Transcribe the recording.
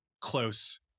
close